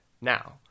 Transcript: now